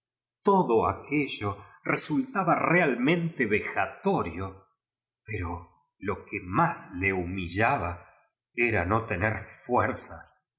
todo aquello resultaba realmente vejatorio pero lo que más le humillaba era no tener fuerzas